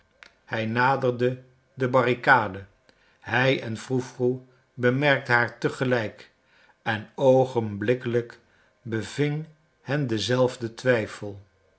hij naderde de barricade hij en froe froe bemerkte haar te gelijk en oogenblikkelijk beving hen dezelfde twijfel